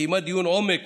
קיימה דיון עומק